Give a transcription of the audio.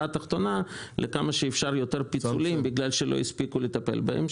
התחתונה לכמה שאפשר יותר פיצולים בגלל שלא הספיקו לטפל בהם,